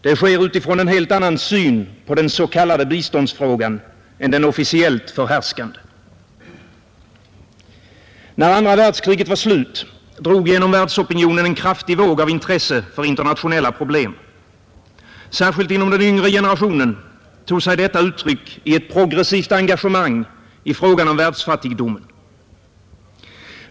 Det sker utifrån en helt annan syn på den s.k. biståndsfrågan än den officiellt förhärskande. När andra världskriget var slut drog genom världsopinionen en kraftig våg av intresse för internationella problem. Särskilt inom den yngre generationen tog sig detta uttryck i ett progressivt engagemang i frågan om världsfattigdomen.